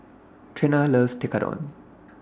Trena loves Tekkadon